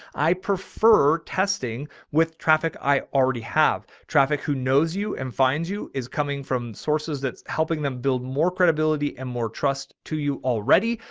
i prefer testing with traffic. i already have traffic who knows you and finds you is coming from sources. that's helping them build more credibility and more trust. to you already,